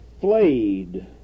flayed